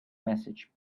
message